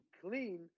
clean